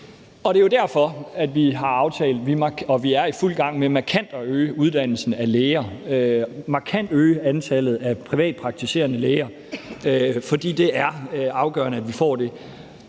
Det er jo derfor, at vi har aftalt, og det er vi i fuld gang med, markant at øge uddannelsen af læger, markant at øge antallet af privatpraktiserende læger, for det er afgørende, at vi får det.